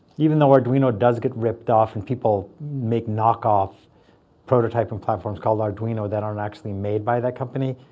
even though arduino does get ripped off and people make knockoff prototypes and platforms called arduino that aren't actually made by that company,